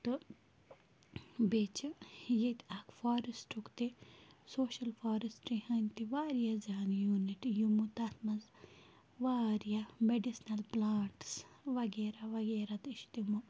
تہٕ بیٚیہِ چھِ ییٚتہِ اَکھ فارٮ۪سٹُک تہِ سوشَل فارٮ۪سٹی ہٕنٛدۍ تہِ واریاہ زیانہِ یوٗنِٹ یِمو تَتھ منٛز واریاہ مٮ۪ڈِسنَل پٕلانٛٹس وغیرہ وغیرہ تہِ چھِ تِمو